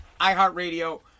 iHeartRadio